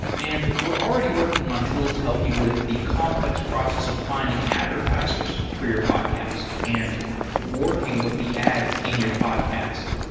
and we're already working on tools to help you with the complex process of finding advertisers for your podcast and working with the ads in your podcast.